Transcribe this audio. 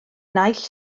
naill